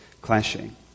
clashing